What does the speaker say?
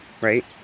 Right